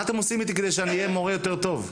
מה אתם עושים איתי כדי שאני אהיה מורה יותר טוב?